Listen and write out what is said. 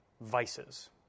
vices